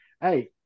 hey